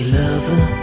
lover